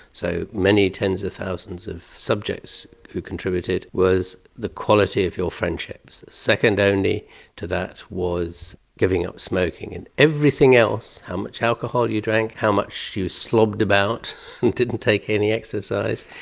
so many tens of thousands of subjects who contributed, was the quality of your friendships. second only to that was giving up smoking. and everything else how much alcohol you drank, how much you slobbed about and didn't take any exercise,